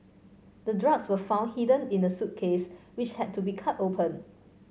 the drugs were found hidden in the suitcase which had to be cut open